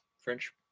French